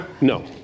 No